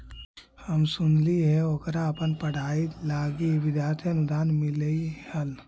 हम सुनलिइ हे ओकरा अपन पढ़ाई लागी विद्यार्थी अनुदान मिल्लई हल